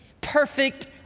perfect